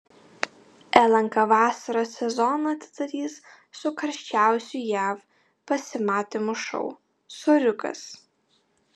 lnk vasaros sezoną atidarys su karščiausiu jav pasimatymų šou soriukas